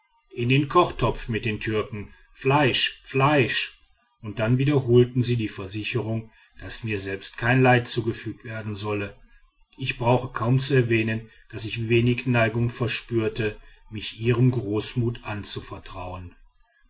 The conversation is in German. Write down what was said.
in den kochtopf mit den türken fleisch fleisch und dann wiederholten sie die versicherung daß mir selbst kein leid zugefügt werden solle ich brauche kaum zu erwähnen daß ich wenig neigung verspürte mich ihrer großmut anzuvertrauen